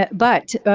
but but,